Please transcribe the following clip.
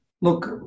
Look